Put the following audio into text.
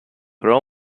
raw